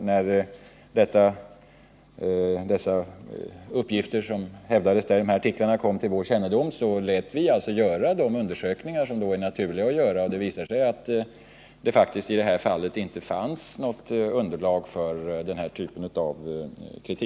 När de uppgifter som framförts i dessa tidningsartiklar kom till vår kännedom lät vi göra de undersökningar man helt naturligt bör göra, och det visade sig att det i detta fall faktiskt inte fanns underlag för den kritik som framförts.